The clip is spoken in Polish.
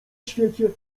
świecie